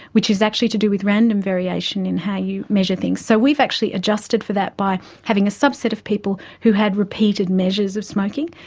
which is actually to do with random variation in how you measure things. so we've actually adjusted for that by having a subset of people who had repeated measures of smoking,